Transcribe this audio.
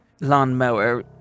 lawnmower